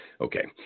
Okay